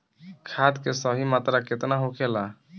खाद्य के सही मात्रा केतना होखेला?